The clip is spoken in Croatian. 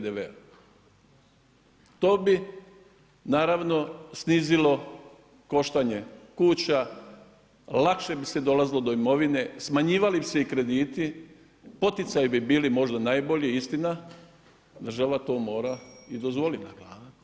To bi snizilo koštanje kuća, lakše bi se dolazilo do imovine, smanjivali bi se i krediti, poticaji bi bili možda najbolji istina, država to mora i dozvolite.